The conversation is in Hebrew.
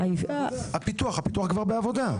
הפיתוח כבר בעבודה?